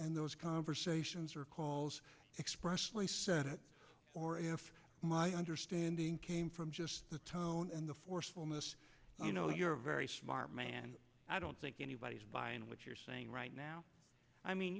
in those conversations or calls expressly said it or if my understanding came from just the tone and the forcefulness you know you're very smart i don't think anybody's buying what you're saying right now i mean